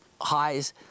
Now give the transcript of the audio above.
highs